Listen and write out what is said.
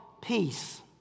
Peace